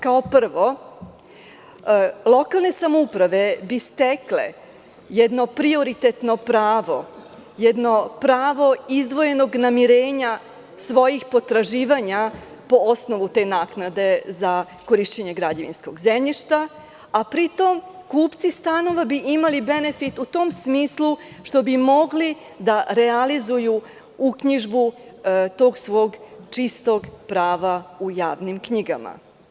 Kao prvo, lokalne samouprave bi stekle jedno prioritetno pravo, jedno pravo izdvojenog namirenja svojih potraživanja po osnovu te naknade za korišćenje građevinskog zemljišta, a pri tome kupci stanova bi imali benefit u tom smislu što bi mogli da realizuju uknjižbu tog svog čistog prava u javnim knjigama.